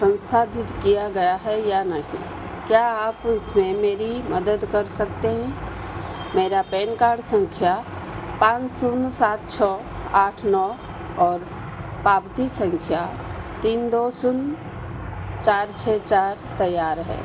सस्थगित किया गया है या नहीं क्या आप उसमें मेरी मदद कर सकते हैं मेरा पैन कार्ड संख्या पाँच शून्य सात छः आठ नौ और पावती संख्या तीन दो शून्य चार छः चार तैयार है